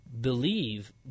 believe